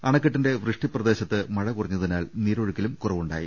അണക്കെട്ടിന്റെ വൃഷ്ടിപ്രദേശത്ത് മഴ കുറ ഞ്ഞതിനാൽ നീരൊഴുക്കിലും കുറവുണ്ടായി